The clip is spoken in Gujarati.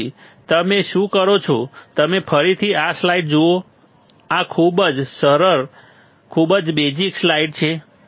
ત્યાં સુધી તમે શું કરો છો તમે ફરીથી આ સ્લાઇડ્સ જુઓ આ ખૂબ જ સરળ ખૂબ જ બેઝિક સ્લાઇડ્સ છે